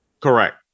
Correct